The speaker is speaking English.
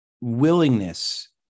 willingness